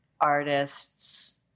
artists